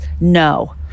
No